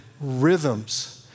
rhythms